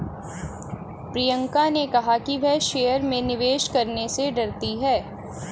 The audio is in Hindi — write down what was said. प्रियंका ने कहा कि वह शेयर में निवेश करने से डरती है